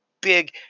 big